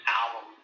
album